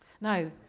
Now